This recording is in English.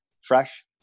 fresh